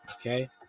Okay